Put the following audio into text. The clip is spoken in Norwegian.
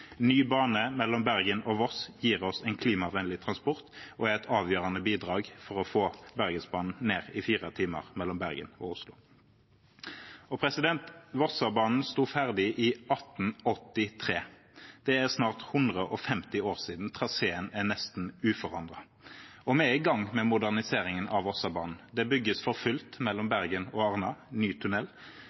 ny bane mellom Bergen og Voss gir oss en klimavennlig transport og er et avgjørende bidrag for å få reisetiden på Bergensbanen, mellom Bergen og Oslo, ned i fire timer. Vossebanen sto ferdig i 1883. Det er snart 150 år siden, og traseen er nesten uforandret. Vi er i gang med moderniseringen av Vossebanen. Det bygges for fullt mellom Bergen og Arna, med ny tunnel.